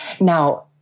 Now